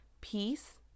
peace